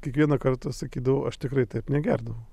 kiekvieną kartą sakydavau aš tikrai taip negerdavau